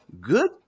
Good